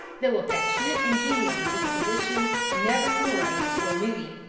though affectionate and genial in disposition, never morose or moody,